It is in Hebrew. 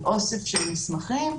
היא אוסף של מסמכים,